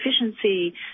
efficiency